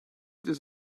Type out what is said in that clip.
this